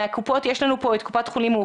מהקופות יש לנו פה את קופ"ח מאוחדת,